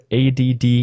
add